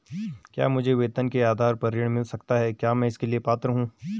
क्या मुझे वेतन के आधार पर ऋण मिल सकता है क्या मैं इसके लिए पात्र हूँ?